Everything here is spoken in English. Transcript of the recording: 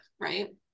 right